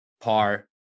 par